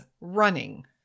running